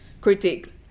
critique